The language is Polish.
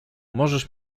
możesz